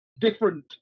different